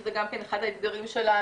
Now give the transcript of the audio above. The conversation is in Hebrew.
שזה גם כן אחד האתגרים שלנו,